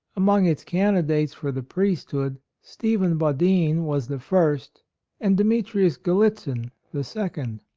among its candidates for the priesthood, stephen badin was the first and demetrius gallitzin the second.